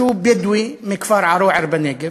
שהוא בדואי מכפר ערוער בנגב,